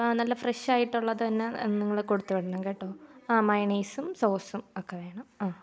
ആ നല്ല ഫ്രഷ് ആയിട്ടുള്ളത് തന്നെ നിങ്ങൾ കൊടുത്തു വിടണം കേട്ടോ ആ മയോണൈസും സോസും ഒക്കെ വേണം ആ